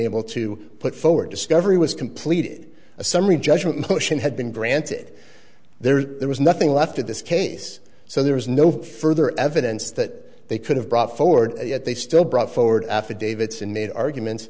able to put forward discovery was completed a summary judgment motion had been granted there there was nothing left in this case so there was no further evidence that they could have brought forward yet they still brought forward affidavits and made arguments